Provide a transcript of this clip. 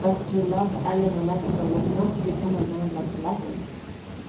but to love ellen olenska was not to become a man like lefferts